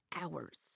hours